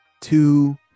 two